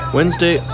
Wednesday